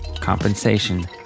Compensation